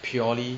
purely